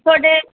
ਤੁਹਾਡੇ